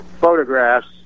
photographs